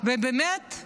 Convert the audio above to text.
ובאמת,